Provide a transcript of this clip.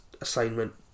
assignment